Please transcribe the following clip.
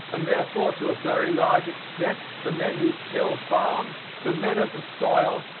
and therefore to a very large extent the men who till farms, the men of the soil,